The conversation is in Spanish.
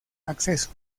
acceso